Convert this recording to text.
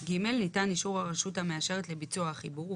)\ ניתן אישור הרשות המאשרת לביצוע החיבור,